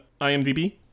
IMDb